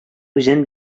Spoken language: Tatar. үзен